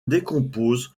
décompose